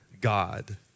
God